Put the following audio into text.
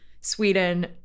Sweden